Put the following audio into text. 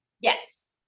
Yes